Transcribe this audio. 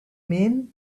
men